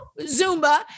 Zumba